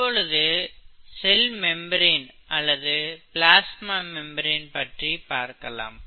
இப்பொழுது cell membrane அல்லது plasma membrane பற்றி பார்க்கலாம்